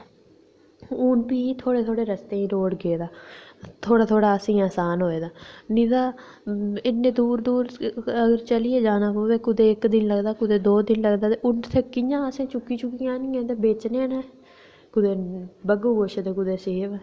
हून प्ही थोह्ड़े थोह्ड़े रस्तें ई रोड़ गेदा थोह्ड़ा थोह्ड़ा असेंगी आसान होए दा नेईं तां इन्ने दूर दूर चलियै जाना पवै कुदै ते कुदै इक दिन लगदा ते कुदै दौ दिन लगदा ते उत्थै असें कियां कियां आह्ननियां न ते बेचने न कुदै बग्गू गोशे ते कुदै सेव